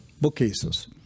bookcases